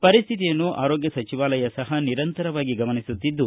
ಪರಿಸ್ಥಿತಿಯನ್ನು ಆರೋಗ್ಯ ಸಚಿವಾಲಯ ಸಹ ನಿರಂತರವಾಗಿ ಗಮನಿಸುತ್ತಿದ್ದು